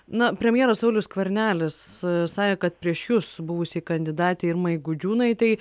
na premjeras saulius skvernelis sakė kad prieš jus buvusiai kandidatei irmai gudžiūnaitei